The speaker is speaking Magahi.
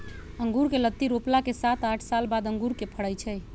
अँगुर कें लत्ति रोपला के सात आठ साल बाद अंगुर के फरइ छइ